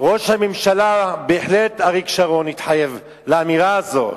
ראש הממשלה אריק שרון, בהחלט, התחייב לאמירה הזאת.